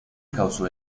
causó